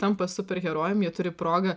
tampa superherojum jie turi progą